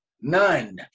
none